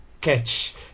catch